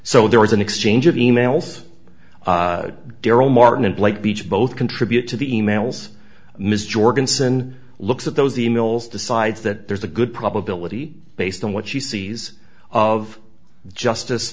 so there was an exchange of e mails darrell martin and blake beach both contribute to the e mails ms jorgensen looks at those e mails decides that there's a good probability based on what she sees of justice